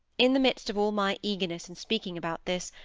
in the midst of all my eagerness in speaking about this,